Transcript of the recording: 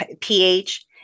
pH